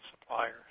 suppliers